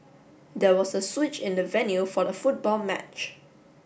there was a switch in the venue for the football match